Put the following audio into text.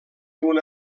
una